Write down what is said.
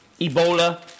Ebola